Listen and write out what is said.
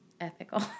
ethical